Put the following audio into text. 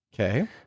Okay